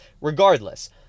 Regardless